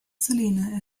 salina